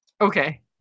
Okay